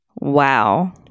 Wow